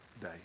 day